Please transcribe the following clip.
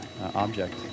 object